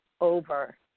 over